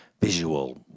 visual